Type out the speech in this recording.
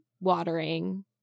watering